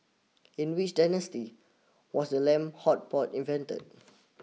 in which dynasty was the lamb hot pot invented